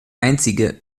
einzige